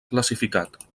classificat